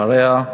אחריה,